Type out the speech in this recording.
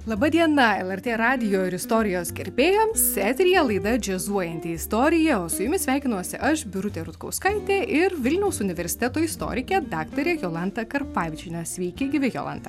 laba diena lrt radijo ir istorijos gerbėjams eteryje laida džiazuojanti istorija o su jumis sveikinuosi aš birutė rutkauskaitė ir vilniaus universiteto istorikė daktarė jolanta karpavičienė sveiki gyvi jolanta